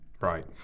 right